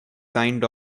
signed